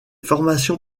formations